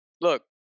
Look